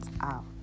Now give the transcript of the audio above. out